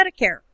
Medicare